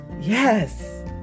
Yes